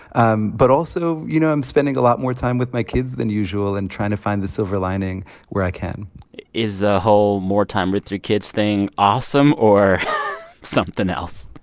um but also, you know, i'm spending a lot more time with my kids than usual and trying to find the silver lining where i can is the whole more time with your kids thing awesome or something else?